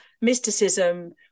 mysticism